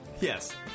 Yes